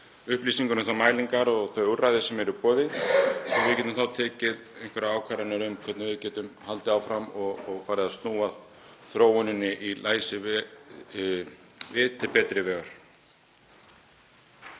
upplýsingar um þær mælingar og þau úrræði sem eru í boði. Við getum þá tekið einhverjar ákvarðanir um hvernig við getum haldið áfram og farið að snúa þróuninni í læsi til betri vegar.